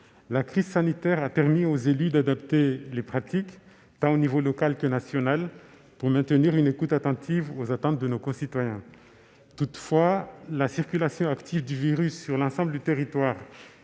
la crise sanitaire a permis aux élus d'adapter les pratiques, au niveau tant local que national, pour maintenir une écoute attentive aux besoins de nos concitoyens. Toutefois, la circulation active du virus sur l'ensemble du territoire